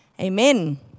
amen